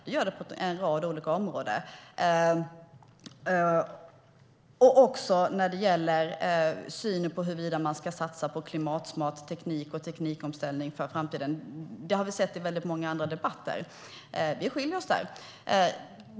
Det gör det på en rad olika områden. Det gäller också synen på huruvida man ska satsa på klimatsmart teknik och teknikomställning för framtiden. Det har vi sett i väldigt många andra debatter. Vi skiljer oss åt där.